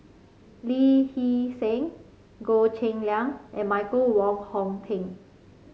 Lee Hee Seng Goh Cheng Liang and Michael Wong Hong Teng